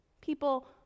people